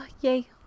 Yay